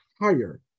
higher